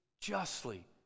justly